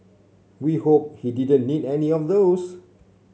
we hope he didn't need any of those